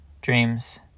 dreams